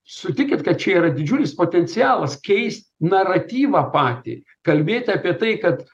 sutikit kad čia yra didžiulis potencialas keist naratyvą patį kalbėt apie tai kad